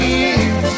years